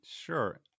Sure